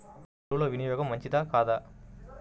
ఎరువుల వినియోగం మంచిదా కాదా?